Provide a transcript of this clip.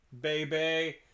baby